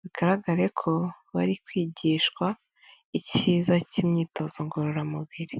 bigaragare ko bari kwigishwa icyiza cy'imyitozo ngororamubiri.